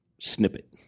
snippet